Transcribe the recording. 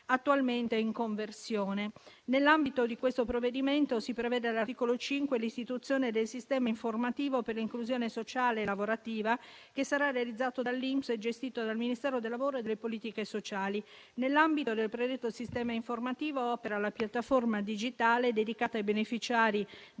attualmente in conversione. Nell'ambito di questo provvedimento si prevede all'articolo 5 l'istituzione del sistema informativo per l'inclusione sociale e lavorativa che sarà realizzato dall'INPS e gestito dal Ministero del lavoro e delle politiche sociali. Nell'ambito del predetto sistema informativo opera la piattaforma digitale dedicata ai beneficiari